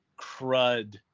crud